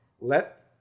let